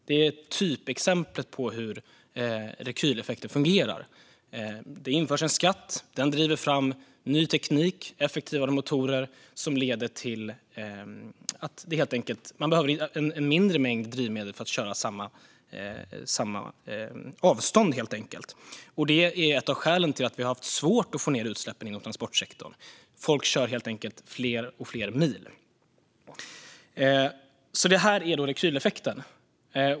Detta är typexemplet på hur rekyleffekten fungerar: Det införs en skatt, och den driver fram ny teknik och effektivare motorer som leder till att man behöver en mindre mängd drivmedel för att köra samma sträcka. Detta är ett av skälen till att vi har haft svårt att få ned utsläppen inom transportsektorn - folk kör helt enkelt fler och fler mil. Detta är alltså rekyleffekten.